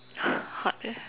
hard eh